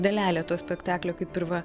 dalelę to spektaklio kaip ir va